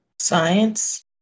science